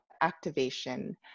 activation